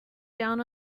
down